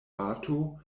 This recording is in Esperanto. bato